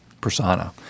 persona